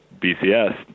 BCS